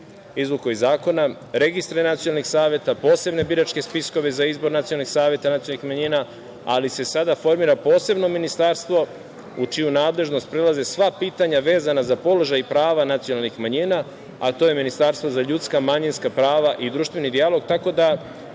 izvukao iz zakona, registri nacionalnih saveta, posebne biračke spiskove za izbor nacionalnih saveta nacionalnih manjina, ali se sada formira posebno ministarstvo u čiju nadležnost prelaze sva pitanja vezana za položaj i prava nacionalnih manjina, a to je Ministarstvo za ljudska, manjinska prava i društveni dijalog. Tako da,